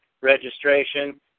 registration